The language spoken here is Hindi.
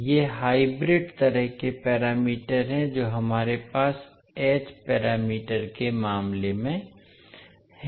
ये हाइब्रिड तरह के पैरामीटर हैं जो हमारे पास एच पैरामीटर के मामले में हैं